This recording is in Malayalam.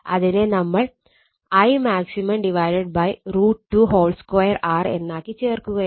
അതിനെ നമ്മൾ Imax √2 2 R എന്നാക്കി ചേർക്കുകയാണ്